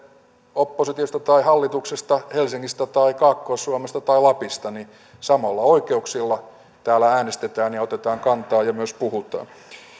oppositiosta tai hallituksesta helsingistä tai kaakkois suomesta tai lapista niin samoilla oikeuksilla täällä äänestetään ja otetaan kantaa ja myös puhutaan